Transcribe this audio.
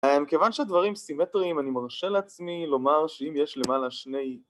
כיוון שהדברים סימטריים אני מרשה לעצמי לומר שאם יש למעלה שני